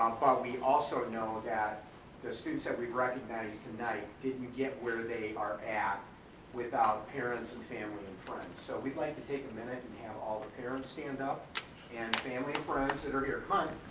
but we also know that the students that we've recognized tonight didn't get where they are at without parents and family and friends. so we'd like to take a minute and have all the parents stand up and family friends that are here, come